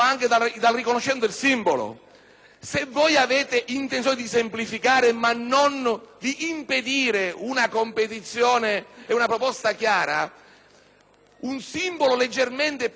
Se voi avete intenzione di semplificare ma non di impedire una competizione ed una proposta chiara, un simbolo leggermente più grande può